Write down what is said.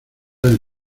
del